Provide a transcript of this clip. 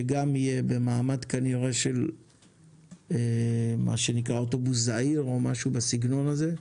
שגם יהיה במעמד כנראה של מה שנקרא אוטובוס זעיר או משהו בסגנון הזה,